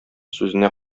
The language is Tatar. сүзенә